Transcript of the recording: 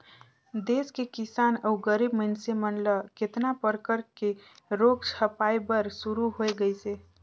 देस के किसान अउ गरीब मइनसे मन ल केतना परकर के रोग झपाए बर शुरू होय गइसे